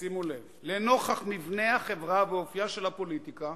שימו לב, לנוכח מבנה החברה ואופיה של הפוליטיקה,